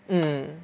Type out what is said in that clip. mm